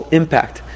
impact